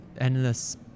endless